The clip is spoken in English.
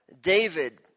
David